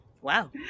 Wow